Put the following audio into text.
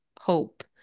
hope